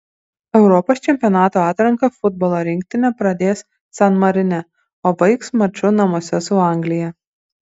europos čempionato atranką futbolo rinktinė pradės san marine o baigs maču namuose su anglija